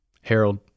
Harold